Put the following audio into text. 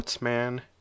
man